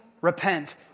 repent